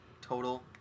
total